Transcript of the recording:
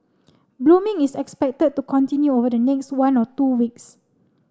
blooming is expected to continue over the next one or two weeks